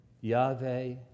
Yahweh